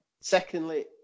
Secondly